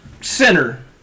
Center